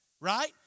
right